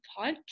podcast